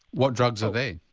what drugs are they?